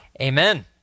amen